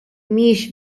mhijiex